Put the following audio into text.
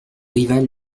rival